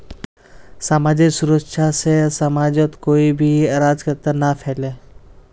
समाजेर सुरक्षा से समाजत कोई भी अराजकता ना फैले